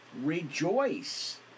rejoice